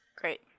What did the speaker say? Great